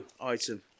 item